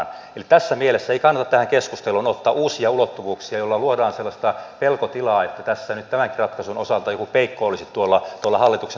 eli tässä mielessä ei kannata tähän keskusteluun ottaa uusia ulottuvuuksia joilla luodaan sellaista pelkotilaa että tässä nyt tämänkin ratkaisun osalta joku peikko olisi tuolla hallituksen takataskussa